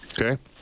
Okay